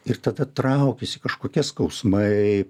ir tada traukiasi kažkokie skausmai